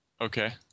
Okay